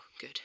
good